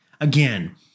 again